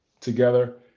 together